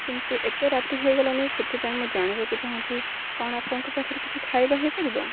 କିନ୍ତୁ ଏତେ ରାତି ହେଇଗଲାଣି ସେଥିପାଇଁ ମୁଁ ଜାଣିବାକୁ ଚାହୁଁଛି କ'ଣ ଆପଣଙ୍କ ପାଖରେ କିଛି ଖାଇବା ହେଇପାରିବ